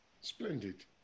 Splendid